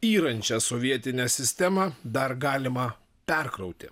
yrančią sovietinę sistemą dar galima perkrauti